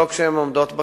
לבדוק שהן עומדות בכללים,